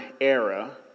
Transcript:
era